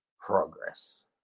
progress